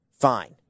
Fine